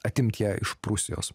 atimt ją iš prūsijos